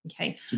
Okay